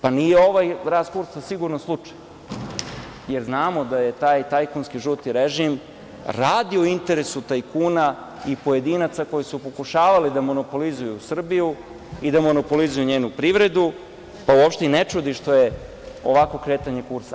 Pa, nije ovaj rast kursa sigurno slučajan, jer znamo da je taj tajkunski žuti režim radio u interesu tajkuna i pojedinaca koji su pokušavali da monopolizuju Srbiju i da monopolizuju njenu privredu, pa uopšte i ne čudi što je ovakvo kretanje kursa.